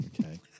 Okay